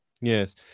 yes